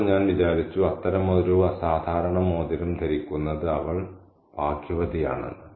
എന്നിട്ടും ഞാൻ വിചാരിച്ചു അത്തരമൊരു അസാധാരണ മോതിരം ധരിക്കുന്നത് അവൾ ഭാഗ്യവതിയാണെന്ന്